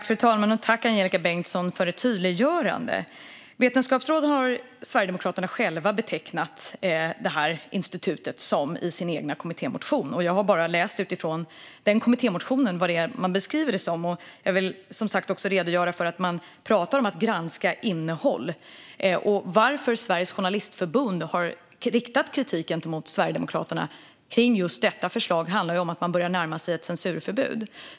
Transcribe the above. Fru talman! Tack, Angelika Bengtsson, för ett tydliggörande! Sverigedemokraterna har själva i sin kommittémotion betecknat detta institut som ett vetenskapsråd. Jag har bara läst i den kommittémotionen hur man beskriver det. Jag vill som sagt också redogöra för att man pratar om att granska innehåll. Anledningen till att Svenska Journalistförbundet har riktat kritik mot detta förslag från Sverigedemokraterna är att man börjar närma sig censur.